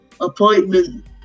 appointment